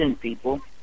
people